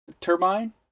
turbine